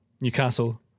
Newcastle